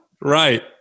Right